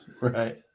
Right